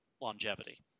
longevity